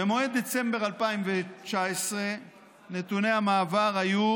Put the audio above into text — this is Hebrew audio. במועד דצמבר 2019 נתוני המעבר היו